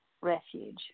refuge